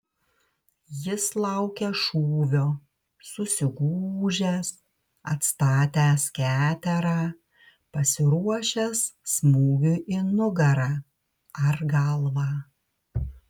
jis laukia šūvio susigūžęs atstatęs keterą pasiruošęs smūgiui į nugarą ar galvą